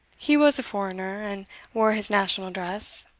he was a foreigner, and wore his national dress,